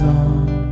on